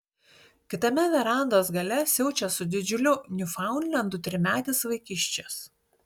kitame verandos gale siaučia su didžiuliu niufaundlendu trimetis vaikiščias